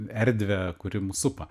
erdvę kuri mus supa